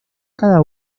cada